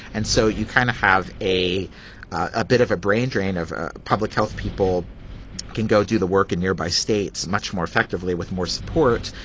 and so you kind of have a a bit of a brain drain of public health. people can go do the work in nearby states much more effectively with more support.